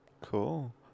Cool